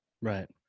Right